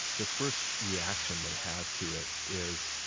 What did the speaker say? the first reaction they have to it is,